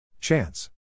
Chance